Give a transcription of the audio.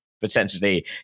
potentially